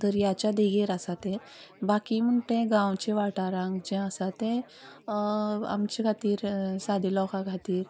दर्याच्या देगेर आसा तें बाकी म्हण तें गांवचें वाठारांत जें आसा तें आमच्या खातीर आमचें खातीर सादें लोकां खातीर